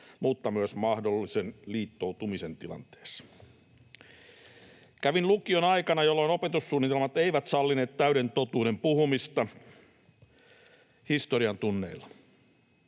mutta myös mahdollisen liittoutumisen tilanteessa. Kävin lukion aikana, jolloin opetussuunnitelmat eivät sallineet täyden totuuden puhumista historian tunneilla,